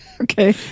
Okay